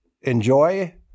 enjoy